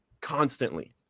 constantly